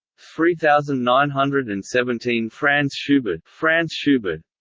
three thousand nine hundred and seventeen franz schubert franz schubert